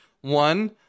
One